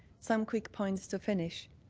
some quick points to finish.